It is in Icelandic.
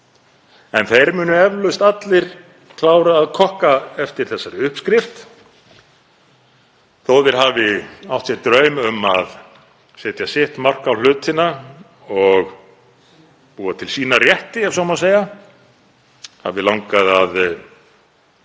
En þeir munu eflaust allir klára að kokka eftir þessari uppskrift. Þótt þeir hafi átt sér drauma um að setja sitt mark á hlutina og búa til sína rétti, ef svo má segja,